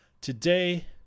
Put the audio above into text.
today